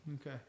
Okay